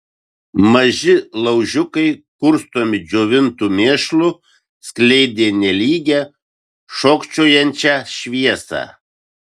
maži laužiukai kurstomi džiovintu mėšlu skleidė nelygią šokčiojančią šviesą